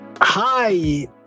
Hi